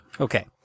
Okay